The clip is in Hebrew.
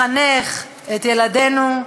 לחנך את ילדינו.